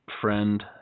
friend